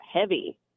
heavy